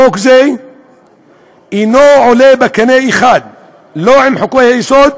חוק זה אינו עולה בקנה אחד לא עם חוקי-היסוד